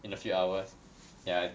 in a few hours they are